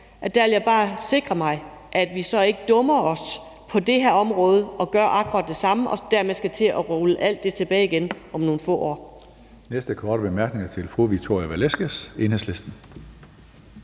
der vil jeg bare sikre mig, at vi så ikke dummer os på det her område og gør akkurat det samme og dermed skal til at rulle alt det tilbage igen om nogle få år.